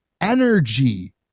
energy